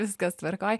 viskas tvarkoj